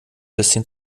bisschen